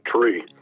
tree